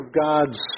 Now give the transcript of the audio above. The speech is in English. God's